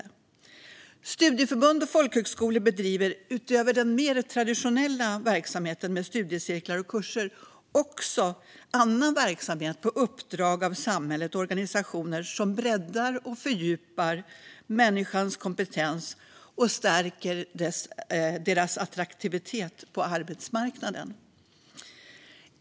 På uppdrag av samhället och organisationer bedriver studieförbund och folkhögskolor, utöver den mer traditionella verksamheten med studiecirklar och kurser, verksamhet som breddar och fördjupar människors kompetens och stärker deras attraktivitet på arbetsmarknaden.